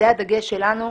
זה הדגש שלנו.